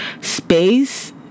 space